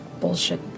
Bullshit